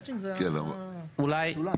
מצ'ינג זה בשוליים.